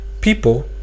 people